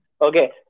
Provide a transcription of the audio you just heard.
okay